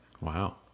wow